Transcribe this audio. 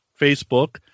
Facebook